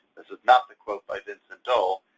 this is not the quote by vincent dole,